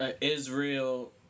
Israel